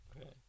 Okay